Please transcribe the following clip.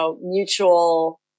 mutual